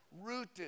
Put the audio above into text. Rooted